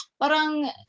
parang